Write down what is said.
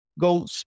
go